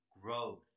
growth